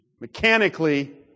mechanically